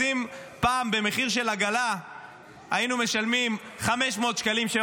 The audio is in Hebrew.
אז פעם מחיר של עגלה היינו משלמים 500 שקלים,